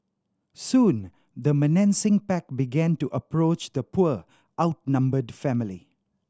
soon the menacing pack began to approach the poor outnumbered family